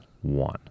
one